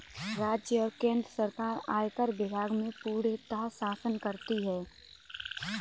राज्य और केन्द्र सरकार आयकर विभाग में पूर्णतयः शासन करती हैं